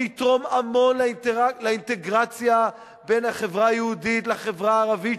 זה יתרום המון לאינטגרציה בין החברה היהודית לחברה הערבית,